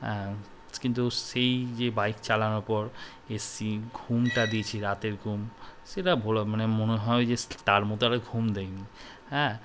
হ্যাঁ কিন্তু সেই যে বাইক চালানোর পর এসছি ঘুমটা দিয়েছি রাতের ঘুম সেটা মানে মনে হয় যে তার মতো আর ঘুম দিইনি হ্যাঁ